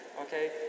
okay